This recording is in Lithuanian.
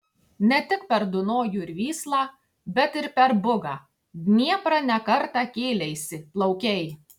ne tik per dunojų ir vyslą bet ir per bugą dnieprą ne kartą kėleisi plaukei